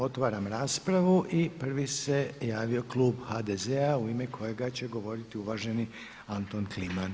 Otvaram raspravu i prvi se javio Klub HDZ-a u ime kojega će govoriti uvaženi Anton Kliman.